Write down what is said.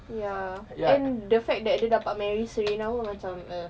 ya and the fact that dia dapat marry serena pun macam err